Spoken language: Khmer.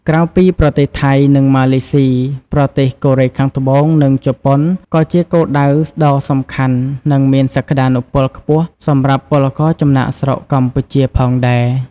ក្រៅពីប្រទេសថៃ និងម៉ាឡេស៊ី ប្រទេសកូរ៉េខាងត្បូង និងជប៉ុនក៏ជាគោលដៅដ៏សំខាន់ និងមានសក្ដានុពលខ្ពស់សម្រាប់ពលករចំណាកស្រុកកម្ពុជាផងដែរ ។